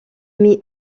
mit